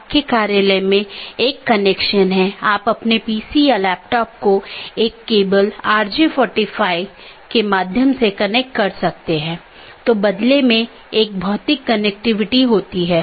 बाहरी gateway protocol जो एक पाथ वेक्टर प्रोटोकॉल का पालन करते हैं और ऑटॉनमस सिस्टमों के बीच में सूचनाओं के आदान प्रदान की अनुमति देता है